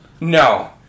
No